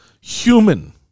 human